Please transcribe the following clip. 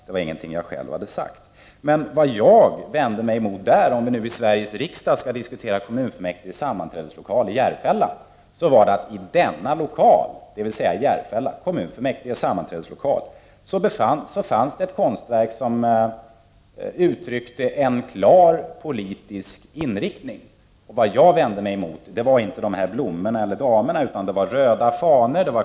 Det var inte någonting som jag själv hade sagt. Om vi nu i Sveriges riksdag skall diskutera kommunfullmäktiges sammanträdeslokal i Järfälla, så finns det där ett konstverk som uttrycker en klar politisk inriktning. Jag vände mig inte emot blommorna eller damerna, utan mot de röda fanorna.